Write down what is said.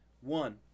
One